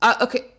okay